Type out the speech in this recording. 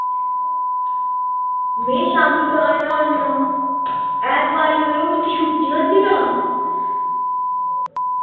में शाम्मीं घर गै होन्ना ऐतबारे आएओ मिकी छुट्टी होंदी ना